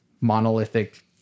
monolithic